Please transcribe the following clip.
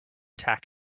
tack